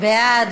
בעד,